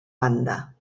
banda